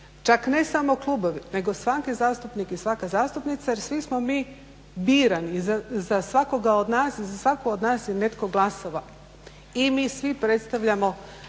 čak ne samo klubovi nego svaki zastupnik i svaka zastupnica jer svi smo mi birani, za svakog od danas i za svaku od nas je netko glasao i mi svi predstavljamo